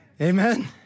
Amen